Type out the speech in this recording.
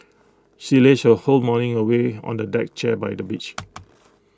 she lazed her whole morning away on A deck chair by the beach